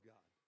God